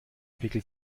pickel